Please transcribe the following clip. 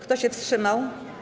Kto się wstrzymał?